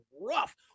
rough